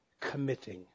committing